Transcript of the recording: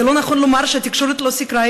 זה לא נכון לומר שהתקשורת לא סיקרה,